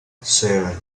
seven